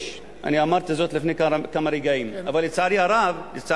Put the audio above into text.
יש, אמרתי זאת לפני כמה רגעים, אבל, לצערי הרב,